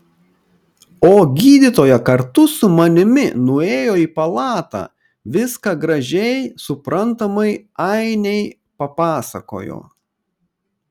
o gydytoja kartu su manimi nuėjo į palatą viską gražiai suprantamai ainei papasakojo